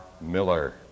Miller